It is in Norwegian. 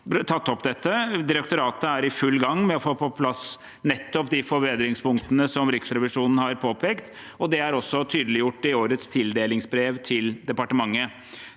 tatt opp dette. Direktoratet er i full gang med å få på plass nettopp de forbedringspunktene som Riksrevisjonen har påpekt, og det er også tydeliggjort i årets tildelingsbrev til departementet.